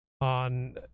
on